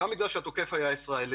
גם בגלל שהתוקף היה ישראלי